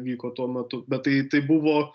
vyko tuo metu bet tai tai buvo